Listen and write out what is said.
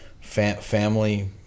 family